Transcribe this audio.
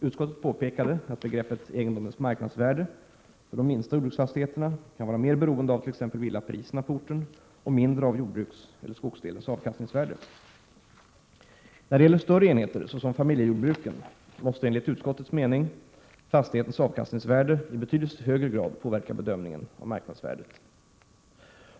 Utskottet påpekade att begreppet ”egendomens marknadsvärde” för de minsta jordbruksfastigheterna kan vara mer beroende av t.ex. villapriserna på orten och mindre av jordbrukseller skogsdelens avkastningsvärde. När det gäller större enheter såsom familjejordbruken måste enligt utskottets mening fastighetens avkastningsvärde i betydligt högre grad påverka bedömningen av marknadsvärdet.